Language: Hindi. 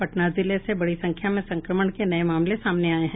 पटना जिले से बडी संख्या में संक्रमण के नये मामले सामने आये हैं